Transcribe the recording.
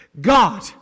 God